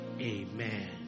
Amen